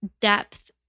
depth